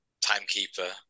timekeeper